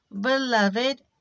beloved